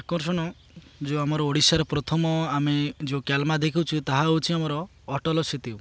ଆକର୍ଷଣ ଯେଉଁ ଆମର ଓଡ଼ିଶାରେ ପ୍ରଥମ ଆମେ ଯେଉଁ କ୍ୟାଲମା ଦେଖୁଚୁ ତାହା ହଉଛି ଆମର ଅଟଲ ସେତି